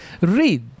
Read